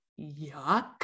yuck